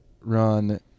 run